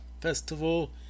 festival